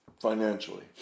financially